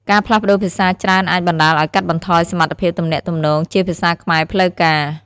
ការផ្លាស់ប្ដូរភាសាច្រើនអាចបណ្តាលឲ្យកាត់បន្ថយសមត្ថភាពទំនាក់ទំនងជាភាសាខ្មែរផ្លូវការ។